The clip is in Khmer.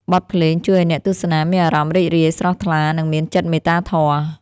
បទភ្លេងជួយឱ្យអ្នកទស្សនាមានអារម្មណ៍រីករាយ ស្រស់ថ្លា និងមានចិត្តមេត្តាធម៌។